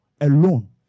alone